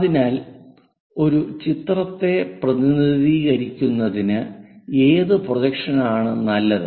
അതിനാൽ ഒരു ചിത്രത്തെ പ്രതിനിധീകരിക്കുന്നതിന് ഏത് പ്രൊജക്ഷൻ ആണ് നല്ലതു